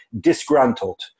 disgruntled